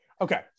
Okay